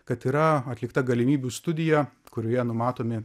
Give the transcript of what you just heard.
kad yra atlikta galimybių studija kurioje numatomi